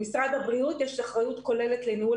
למשרד הבריאות יש אחריות כוללת לניהול